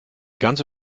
ganze